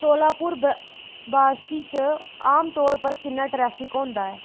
सोलापुर बारसी च आमतौर पर किन्ना ट्रैफिक होंदा ऐ